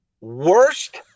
worst